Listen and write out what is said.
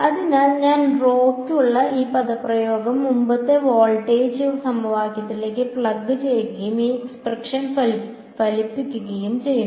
അതിനാൽ ഞാൻ rho യ്ക്കുള്ള ഈ പദപ്രയോഗം മുമ്പത്തെ വോൾട്ടേജ് സമവാക്യത്തിലേക്ക് പ്ലഗ് ചെയ്യുകയും ഈ എക്സ്പ്രഷൻ ഫലിക്കുകയും ചെയ്യുന്നു